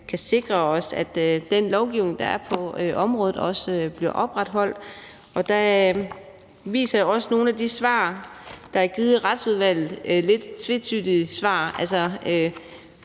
kan sikre os, at den lovgivning, der er på området, også bliver overholdt. Nogle af de svar, der er givet i Retsudvalget, viser